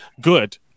good